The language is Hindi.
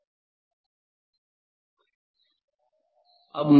अब मुझे प्रिज्म रखना है